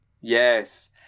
yes